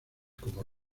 como